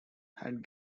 had